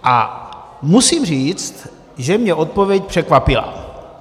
A musím říct, že mě odpověď překvapila.